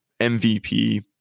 MVP